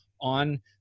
on